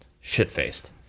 shit-faced